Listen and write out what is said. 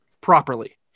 properly